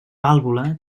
vàlvula